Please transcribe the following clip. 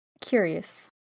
curious